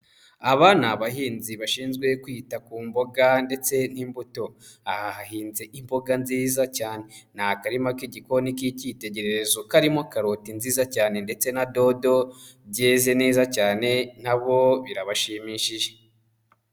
Aba ni abahinzi bashinzwe kwita ku mboga ndetse n'imbuto, aha hahinze imboga nziza cyane, ni akarima k'igikoni k'icyitegererezo karimo karoti nziza cyane ndetse na dodo byeze neza cyane na bo birabashimishije.